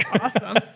Awesome